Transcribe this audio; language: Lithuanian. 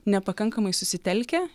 nepakankamai susitelkę